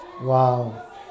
Wow